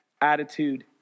attitude